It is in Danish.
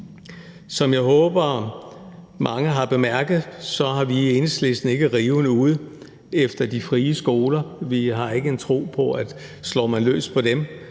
Som jeg håber mange har bemærket, er vi i Enhedslisten ikke ude med riven efter de frie skoler. Vi har ikke en tro på, at slår man løs på dem,